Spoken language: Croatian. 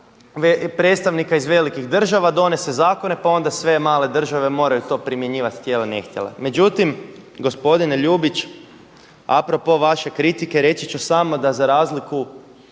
predstavnika iz velikih država donese zakone pa onda sve male države moraju to primjenjivati htjele-ne htjele. Međutim, gospodine Ljubić a propos vaše kritike reći ću samo da za razliku